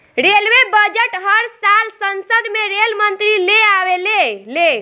railway budget हर साल संसद में रेल मंत्री ले आवेले ले